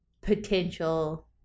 potential